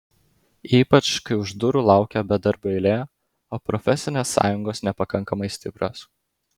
ypač kai už durų laukia bedarbių eilė o profesinės sąjungos nepakankamai stiprios